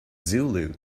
zulu